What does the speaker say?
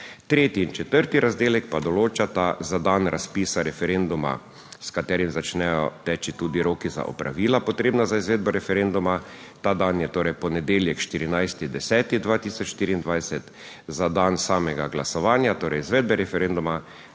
Tretji in četrti razdelek pa določata za dan razpisa referenduma s katerim začnejo teči tudi roki za opravila, potrebna za izvedbo referenduma. Ta dan je torej v ponedeljek, 14. 10. 2024. Za dan samega glasovanja, torej izvedbe referenduma,